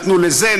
נתנו לזה,